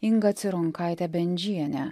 inga cironkaite bendžiene